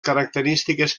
característiques